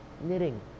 Knitting